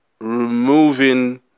removing